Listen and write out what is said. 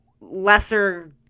lesser